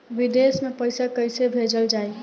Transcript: विदेश में पईसा कैसे भेजल जाई?